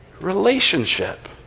relationship